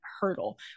hurdle